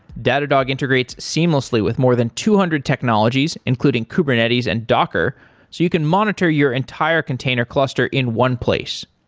datadog integrates seamlessly with more than two hundred technologies, including kubernetes and docker, so you can monitor your entire container cluster in one place.